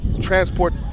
transport